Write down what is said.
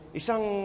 isang